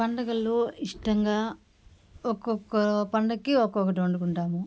పండగల్లో ఇష్టంగా ఒక్కొక్క పండక్కి ఒక్కోకటి వండుకుంటాము